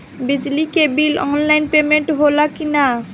बिजली के bill online payment होला कि ना?